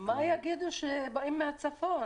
מה יגידו אלה שבאים מהצפון?